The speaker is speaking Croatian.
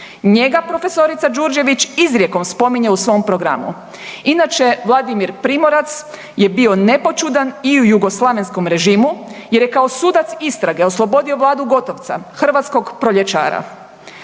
Njega prof. Đurđević izrijekom spominje u svom programu. Inače Vladimir Primorac je bio nepoćudan i u jugoslavenskom režimu, jer je kao sudac istrage oslobodio Vladu Gotovca, hrvatskog proljećara.